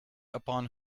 upon